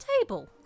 table